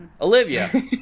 Olivia